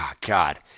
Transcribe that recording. God